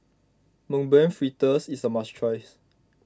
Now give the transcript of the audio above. Mung Bean Fritters is a must tries